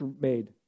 made